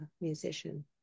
musician